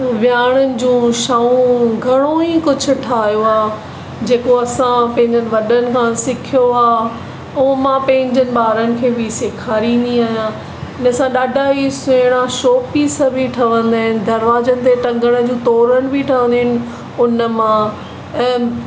वियाणनि जो शऊं घणो ई कुझु ठाहियो आहे जेको असां पंहिंजे वॾनि खां सिखियो आहे उहो मां पंहिंजे ॿारनि खे बि सिखारींदी आहियां मे सां ॾाढा ई सुहिणा शो पीस बि ठहंदा आहिनि दरवाजे ते टंगण जो तोरनि बि ठहंदा आहिनि उन मां ऐं